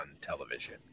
television